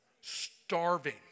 starving